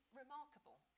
remarkable